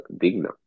Digna